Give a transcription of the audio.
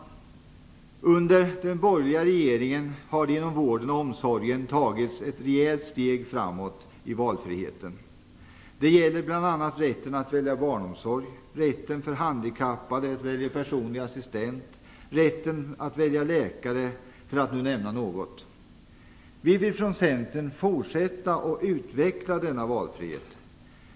Under den borgerliga regeringen har det inom vården och omsorgen tagits ett rejält steg mot valfrihet. Det gäller bl.a. rätten att välja barnomsorg, rätten för handikappade att välja personlig assistent, rätten att välja läkare, för att nämna några. Vi vill från Centern fortsätta att utveckla denna valfrihet.